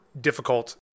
difficult